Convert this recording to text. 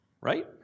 right